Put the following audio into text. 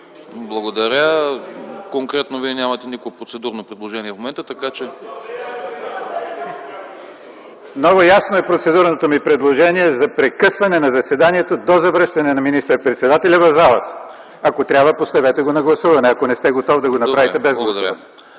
Благодаря. Конкретно, Вие нямате никакво процедурно предложение в момента. (Реплики от КБ). ГЕОРГИ ПИРИНСКИ: Много ясно е процедурното ми предложение - за прекъсване на заседанието до завръщане на министър-председателя в залата. Ако трябва, поставете го на гласуване, ако не сте готов да го направите без гласуване.